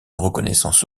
reconnaissance